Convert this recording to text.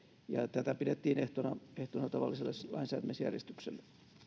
tätä pidettiin ehtona ehtona tavalliselle lainsäätämisjärjestykselle